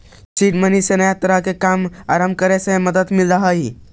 seed money से नया तरह के काम आरंभ करे में मदद मिलऽ हई